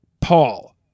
paul